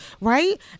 right